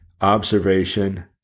observation